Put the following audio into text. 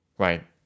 Right